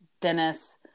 dennis